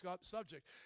subject